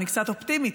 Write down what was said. אני קצת אופטימית,